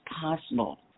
possible